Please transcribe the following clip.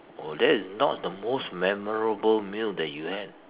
oh that is not the most memorable meal that you had